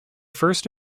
first